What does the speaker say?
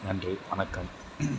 நன்றி வணக்கம்